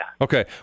Okay